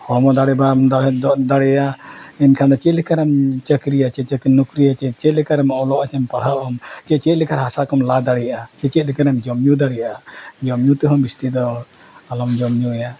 ᱦᱚᱲᱢᱚ ᱫᱟᱲᱮ ᱵᱟᱢ ᱫᱟᱲᱮ ᱫᱚ ᱫᱟᱲᱮᱭᱟᱜᱼᱟ ᱮᱱᱠᱷᱟᱱ ᱫᱚ ᱪᱮᱫ ᱞᱮᱠᱟᱨᱮᱢ ᱪᱟᱹᱠᱨᱤᱭᱟ ᱪᱮ ᱪᱟᱹᱠᱨᱤ ᱱᱚᱠᱨᱤ ᱪᱮ ᱪᱮᱫ ᱞᱮᱠᱟᱨᱮᱢ ᱚᱞᱚᱜᱼᱟ ᱪᱮᱢ ᱯᱟᱲᱦᱟᱜᱟᱢ ᱪᱮ ᱪᱮᱫ ᱞᱮᱠᱟᱨᱮ ᱦᱟᱥᱟ ᱠᱚᱢ ᱞᱟ ᱫᱟᱲᱮᱭᱟᱜᱼᱟ ᱪᱮ ᱪᱮᱫ ᱞᱮᱠᱟᱨᱮᱢ ᱡᱚᱢᱼᱧᱩ ᱫᱟᱲᱮᱭᱟᱜᱼᱟ ᱡᱚᱢᱼᱧᱩ ᱛᱮᱦᱚᱸ ᱡᱟᱹᱥᱛᱤ ᱫᱚ ᱟᱞᱚᱢ ᱡᱚᱢᱼᱧᱩᱭᱟ